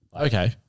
Okay